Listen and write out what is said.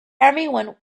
everyone